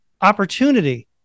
opportunity